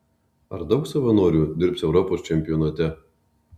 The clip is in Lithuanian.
ar daug savanorių dirbs europos čempionate